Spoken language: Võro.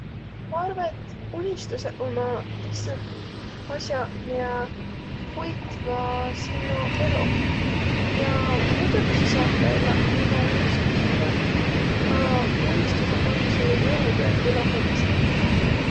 Ma arva, et unistusõq ommaq lihtsalt as'aq, miä hoitvaq sinno eloh. Ja muidoki sa saat ka elläq ilma unistuisildaq, a unistusõq andvaq sullõ joudu, et eloh edesi minnäq.